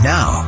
Now